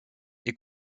est